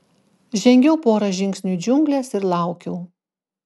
žengiau porą žingsnių į džiungles ir laukiau